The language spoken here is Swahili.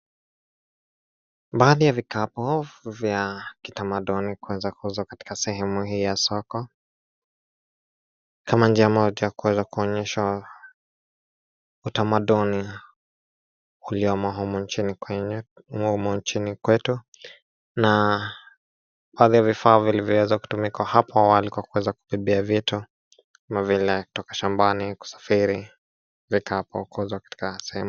Baadhi vya vikapu vya kitamaduni kuweza kuuzwa katika sehemu ii wa soko, kama njia moja kuonyesha utamaduni ulioomo umo mjini kwetu na baadi ya vivafaa vilivyoweza kutumika apo awali kwa kuweza kupepea vitu kama vile kupepea vitu kutoka shambani kusafiri